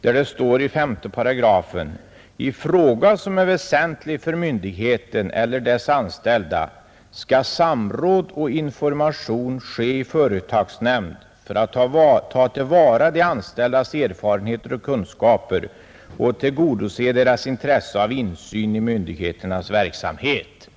Där står det i 5 §: ”I fråga som är väsentlig för myndigheten eller dess anställda skall samråd och information ske i företagsnämnd för att taga till vara de anställdas erfarenheter och kunskaper och tillgodose deras intresse av insyn i myndighetens verksamhet.”